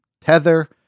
Tether